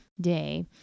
day